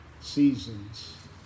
Seasons